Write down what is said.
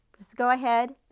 just go ahead,